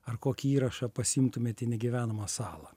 ar kokį įrašą pasiimtumėt į negyvenamą salą